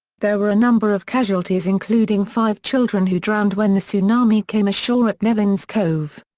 there were a number of casualties including five children who drowned when the tsunami came ashore at nevin's cove.